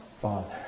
Father